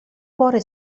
cuore